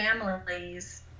families